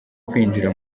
kwinjira